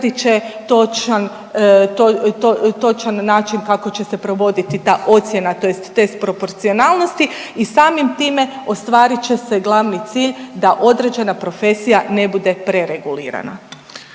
utvrdit će točan način kako će se provoditi ta ocjena tj. test proporcionalnosti i samim time ostvarit će se glavni cilj, da određena profesija ne bude preregulirana.